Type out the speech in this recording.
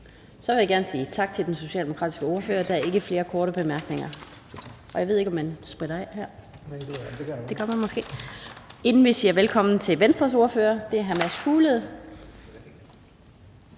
Så vil jeg gerne sige tak til den socialdemokratiske ordfører. Der er ikke flere korte bemærkninger. Og så siger vi velkommen til Venstres ordfører, som er hr. Mads Fuglede.